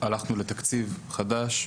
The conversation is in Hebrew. ב-2021 כשהלכנו לתקציב חדש,